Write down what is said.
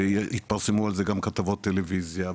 והתפרסמו על זה גם כתבות טלוויזיה,